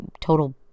total